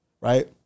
right